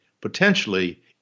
Potentially